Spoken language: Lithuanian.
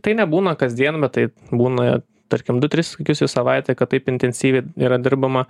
tai nebūna kasdien bet tai būna tarkim du tris sykius į savaitę kad taip intensyviai yra dirbama